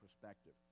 perspective